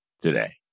today